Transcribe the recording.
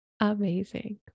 amazing